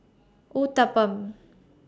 Uthapam